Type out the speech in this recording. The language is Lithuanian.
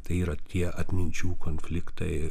tai yra tie atminčių konfliktai